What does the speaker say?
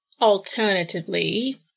Alternatively